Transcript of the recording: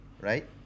right